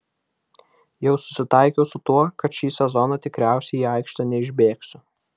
jau susitaikiau su tuo kad šį sezoną tikriausiai į aikštę neišbėgsiu